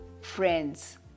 Friends